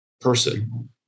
person